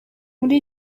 muri